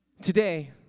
Today